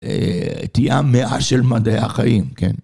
תהיה המאה של מדעי החיים, כן.